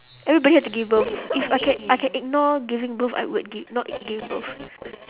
everybody have to give birth if I can I can ignore giving birth I would gi~ not give birth